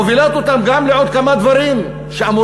מובילים אותה גם לעוד כמה דברים שאמורים